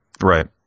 Right